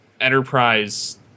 Enterprise